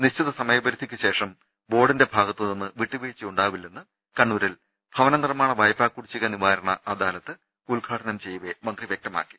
നിശ്ചിത സമയപരിധിക്കുശേഷം ബോർഡിന്റെ ഭാഗ ത്തുനിന്ന് വിട്ടുവീഴ്ച ഉണ്ടാവില്ലെന്ന് കണ്ണൂരിൽ ഭവനനിർമാണ വായ്പാ കുടിശ്ശിക നിവാരണ അദാലത്ത് ഉദ്ഘാടനം ചെയ്യവേ മന്ത്രി വ്യക്തമാ ക്കി